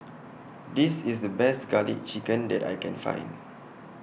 This IS The Best Garlic Chicken that I Can Find